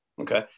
Okay